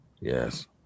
Yes